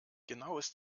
genaues